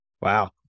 Wow